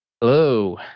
Hello